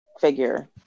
figure